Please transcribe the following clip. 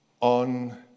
on